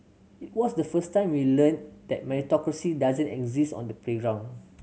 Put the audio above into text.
it was the first time we learnt that meritocracy doesn't exist on the playground